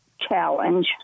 challenge